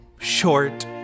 short